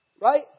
Right